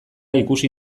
ikusi